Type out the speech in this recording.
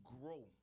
grow